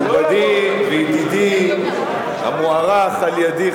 מכובדי וידידי המוערך על-ידי,